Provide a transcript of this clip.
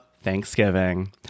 Thanksgiving